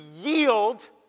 yield